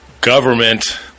Government